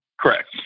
Correct